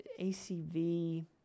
ACV